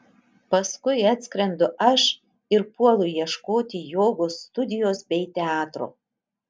paskui atskrendu aš ir puolu ieškoti jogos studijos bei teatro